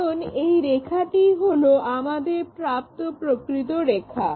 কারণ এই রেখাটিই হলো আমাদের প্রাপ্ত প্রকৃত রেখা